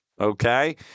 Okay